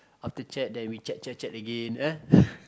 after chat then we chat chat chat again